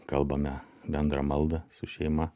kalbame bendrą maldą su šeima